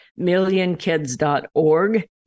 millionkids.org